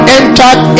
entered